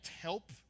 help